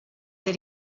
that